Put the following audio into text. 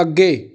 ਅੱਗੇ